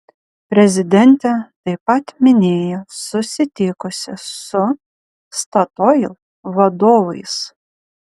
prezidentė taip pat minėjo susitikusi su statoil vadovais